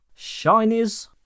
Shinies